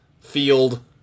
field